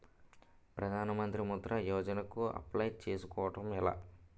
ప్రధాన మంత్రి ముద్రా యోజన కు అప్లయ్ చేసుకోవటం ఎలా?